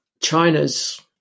China's